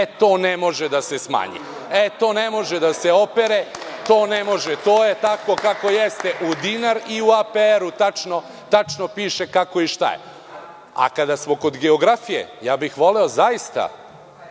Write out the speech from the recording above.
e to ne može da se smanji. To ne može da se opere, to ne može, to je tako kako jeste u dinar i u APR tačno piše kako i šta je. Kada smo kod geografije, ja bih voleo zaista